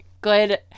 good